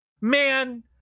Man